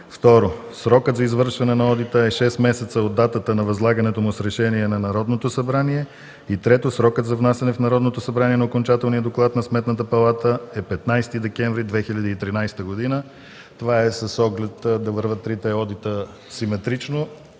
Второ, срокът за извършване на одита е шест месеца от датата на възлагането му с решение на Народното събрание. Трето, срокът за внасяне в Народното събрание на окончателния доклад на Сметната палата е 15 декември 2013 г. Това е с оглед трите одита да вървят симетрично